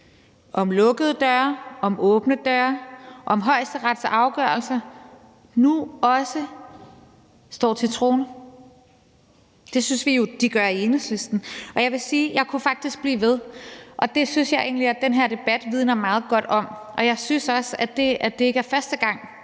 om lukkede døre; om åbne døre; om, hvorvidt Højesterets afgørelser nu også står til troende. Det synes vi jo i Enhedslisten de gør. Jeg vil sige, at jeg faktisk kunne blive ved, og det synes jeg egentlig den her debat vidner meget godt om. Jeg synes også, at det, at det ikke er første gang,